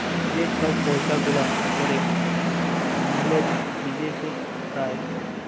যে ছব পইসা গুলা ক্যরে মিলে বিদেশে খাতায়